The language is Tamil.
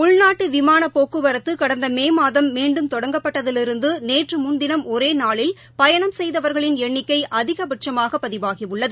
உள்நாட்டு விமான போக்குவரத்து வடந்த மே மாதம் மீன்டும் தொடங்கப்பட்டதிலிருந்து நேற்று முன்தினம் ஒரே நாளில் பயணம் செய்தவர்களின் என்ணிக்கை அதிகபட்சமாக பதிவாகியுள்ளது